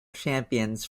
champions